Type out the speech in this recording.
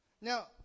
Now